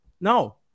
No